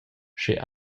sche